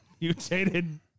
mutated